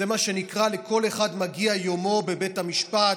זה מה שנקרא "לכל אחד מגיע יומו בבית המשפט".